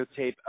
videotape